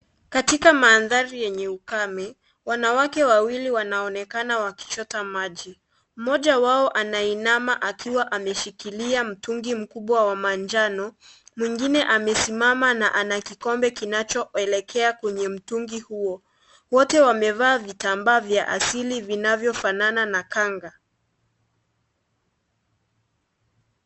Katika mandhari yenye ukame, wanawake wawili wanaonekana wakichota maji, mmoja wao anainama akiwa ameshikilia mtungi mkubwa wa manjano mwengine amesimama na ana kikombe kinachoelekea kwenye mtungi huo, wote wamevaa vitambaa vya asili vinavyo fanana na kanga.